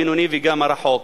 הבינוני וגם הרחוק.